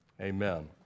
amen